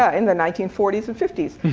ah in the nineteen forty s and fifty s.